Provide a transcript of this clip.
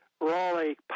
Raleigh